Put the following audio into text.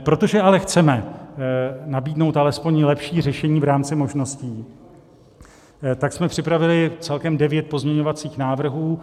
Protože ale chceme nabídnout alespoň lepší řešení v rámci možností, tak jsme připravili celkem devět pozměňovacích návrhů.